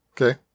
okay